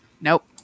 Nope